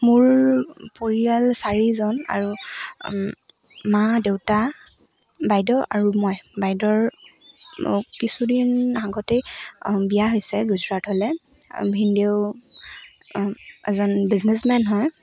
মোৰ পৰিয়াল চাৰিজন আৰু মা দেউতা বাইদেউ আৰু মই বাইদেউৰ কিছুদিন আগতে বিয়া হৈছে গুজৰাটলৈ ভিনদেউ এজন বিজনেছমেন হয়